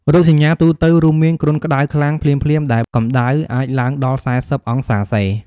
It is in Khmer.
រោគសញ្ញាទូទៅរួមមាន គ្រុនក្តៅខ្លាំងភ្លាមៗ ដែលកម្ដៅអាចឡើងដល់ ៤០ អង្សាសេ។